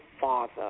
father